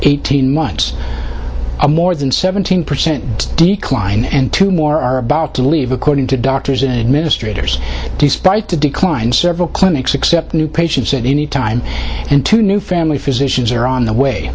eighteen months a more than seventeen percent decline and more are about to leave according to doctors and administrators despite the decline several clinics accept new patients at any time and two new family physicians are on the way